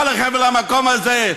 מה לכן ולמקום הזה?